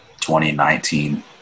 2019